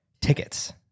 tickets